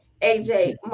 aj